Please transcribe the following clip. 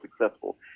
successful